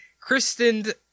christened